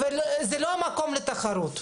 זה ממש לא מקום לתחרות.